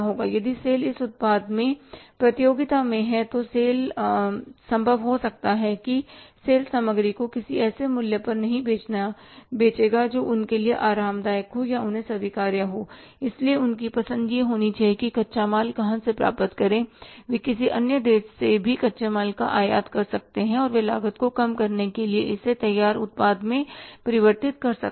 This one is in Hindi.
यदि SAIL इस उत्पाद में प्रतियोगिता में भी है तो सेल SAIL संभव हो सकता है कि सेल SAIL सामग्री को किसी ऐसे मूल्य पर नहीं बेचेगा जो उनके लिए आरामदायक हो या उन्हें स्वीकार्य हो सकता है इसलिए उनकी पसंद यह होनी चाहिए कि कच्चा माल कहाँ से प्राप्त करें वे किसी अन्य देश से भी कच्चे माल का आयात कर सकते हैं और वे लागत को कम करने के लिए इसे तैयार उत्पाद में परिवर्तित कर सकते हैं